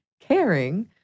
Caring